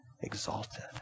exalted